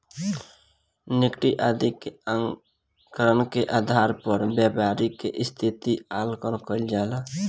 Nifty आदि के आंकड़न के आधार पर व्यापारि के स्थिति के आकलन कईल जाला